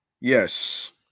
yes